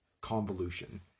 convolution